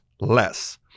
less